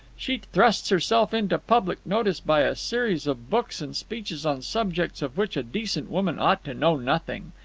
she thrusts herself into public notice by a series of books and speeches on subjects of which a decent woman ought to know nothing.